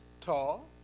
tall